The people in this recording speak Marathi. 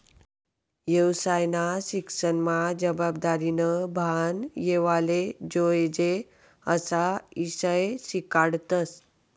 येवसायना शिक्सनमा जबाबदारीनं भान येवाले जोयजे अशा ईषय शिकाडतस